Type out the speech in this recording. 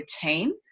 team